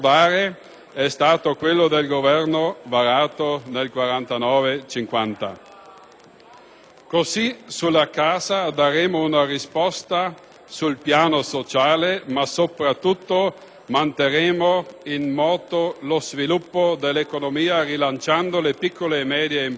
Così sulla casa daremmo una risposta sul piano sociale, ma soprattutto manterremmo in moto lo sviluppo dell'economia, rilanciando le piccole e medie imprese, perché sulla casa lavorano ben 32 settori produttivi.